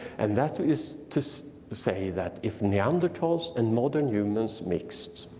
and that is to say that if neanderthals and modern humans mixed,